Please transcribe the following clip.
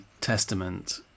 Testament